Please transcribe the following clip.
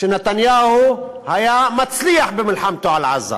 שנתניהו היה מצליח במלחמתו על עזה,